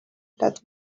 that